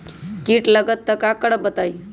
कीट लगत त क करब बताई?